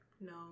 No